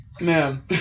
Man